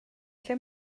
lle